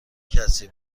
کسی